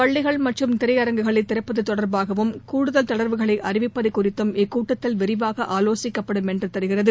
பள்ளிகள் மற்றும் திரையரங்குகளை திறப்பது தொடர்பாகவும் கூடுதல் தளர்வுகளை அறிவிப்பது குறித்தும் இக்கூட்டத்தில் விரிவாக ஆலோசிக்கப்படும் என்று தெரிகிறது